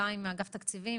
מאגף תקציבים,